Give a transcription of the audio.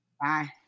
Bye